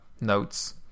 notes